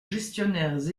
gestionnaires